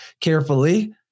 carefully